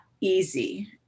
easy